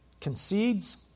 concedes